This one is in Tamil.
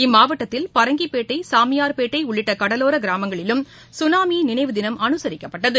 இம்மாவட்டத்தில் பரங்கிப்பேட்டை சாமியார்பேட்டைஉள்ளிட்டகடலோரகிராமங்களிலும் சுனாமிநினைவுதினம் அனுசரிக்கப்பட்டது